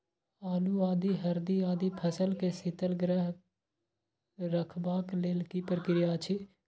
आलू, आदि, हरदी आदि फसल के शीतगृह मे रखबाक लेल की प्रक्रिया अछि?